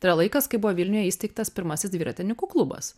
tai yra laikas kai buvo vilniuje įsteigtas pirmasis dviratininkų klubas